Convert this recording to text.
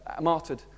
martyred